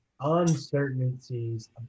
uncertainties